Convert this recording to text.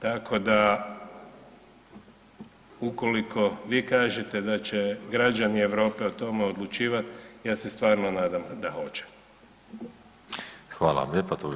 Tako da ukoliko vi kažete da će građani Europe o tome odlučivati ja se stvarno nadam i da hoće.